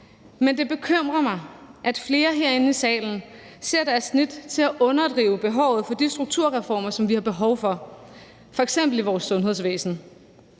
Men det bekymrer mig, at flere herinde i salen ser deres snit til at underdrive behovet for de strukturreformer, som vi har behov for, f.eks. i vores sundhedsvæsen.